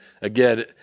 Again